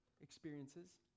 experiences